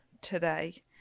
today